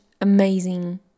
amazing